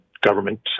government